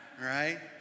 right